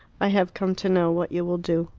i have come to know what you will do.